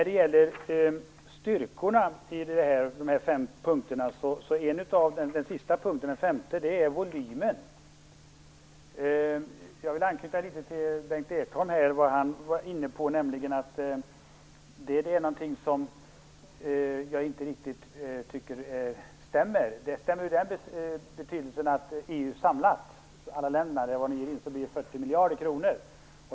Den sista av de fem punkterna om styrkorna gäller volymen. Jag vill anknyta litet grand till det som Berndt Ekholm var inne på. Det är något som inte riktigt stämmer. Det stämmer så till vida att för EU samlat, för alla länderna inom EU, rör det sig om 40 miljarder kronor.